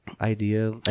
idea